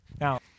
Now